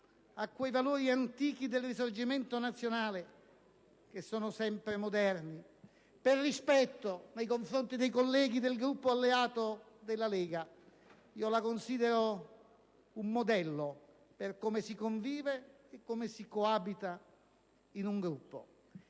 a quei valori antichi del Risorgimento nazionale che sono sempre moderni. Per rispetto nei confronti dei colleghi del Gruppo alleato della Lega Nord, io la considero un modello per come si convive e si coabita in un Gruppo.